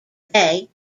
bay